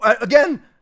Again